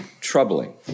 troubling